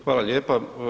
Hvala lijepa.